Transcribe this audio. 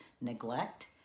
neglect